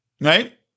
right